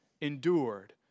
endured